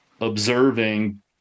observing